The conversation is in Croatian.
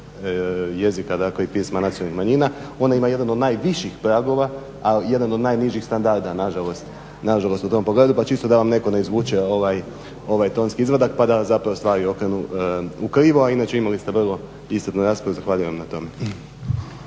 jezika, dakle i pisma nacionalnih manjina. Ona ima jedan od najviših pragova ali jedan od najnižih standarda na žalost u tom pogledu, pa čisto da vam netko ne izvuče ovaj tonski izvadak pa da zapravo stvari okrenu u krivo, a inače imali ste vrlo iscrpnu raspravu i zahvaljujem vam na tome.